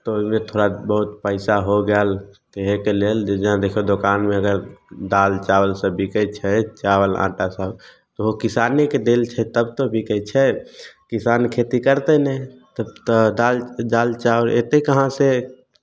तऽ ओहिमे थोड़ा बहुत पैसा हो गेल तऽ इएहके लेल जे जहाँ देखियौ दोकानमे अगर दालि चावल सभ बिकै छै चावल आँटासभ ओहो किसानेके देल छै तब तऽ बिकै छै किसान खेती करतै नहि तऽ तऽ दालि दालि चावल अयतै कहाँसँ